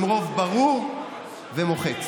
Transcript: עם רוב ברור ומוחץ.